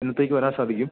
എന്നത്തേക്ക് വരാൻ സാധിക്കും